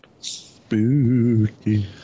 spooky